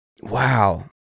Wow